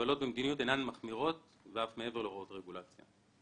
המגבלות והמדיניות הינן מחמירות אף מעבר לרוב הרגולציה.